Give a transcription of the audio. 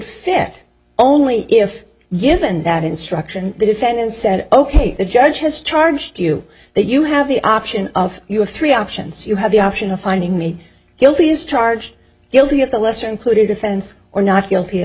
fit only if given that instruction the defendant said ok the judge has charged you that you have the option of you have three options you have the option of finding me guilty as charged guilty of the lesser included offense or not guilty at